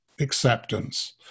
Acceptance